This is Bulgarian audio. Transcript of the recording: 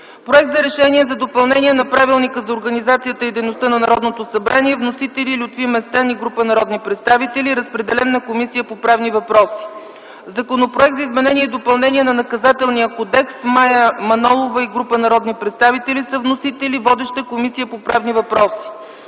Проект за Решение за допълнение на Правилника за организацията и дейността на Народното събрание. Вносители: Лютви Местан и група народни представители. Разпределен е на Комисията по правни въпроси. Законопроект за изменение и допълнение на Наказателния кодекс. Вносители: Мая Манолова и група народни представители. Водеща е Комисията по правни въпроси.